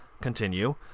continue